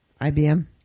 IBM